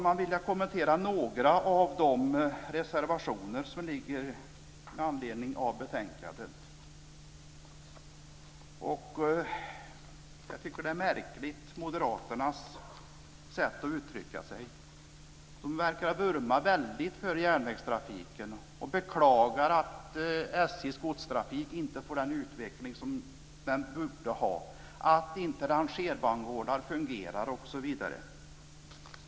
Jag vill kommentera några av de reservationer som ligger med anledning av betänkandet. Jag tycker att moderaternas sätt att uttrycka sig är märkligt. De verkar vurma väldigt för järnvägstrafiken och beklagar att SJ:s godstrafik inte får den utveckling som den borde ha, att inte rangerbangårdar fungerar osv.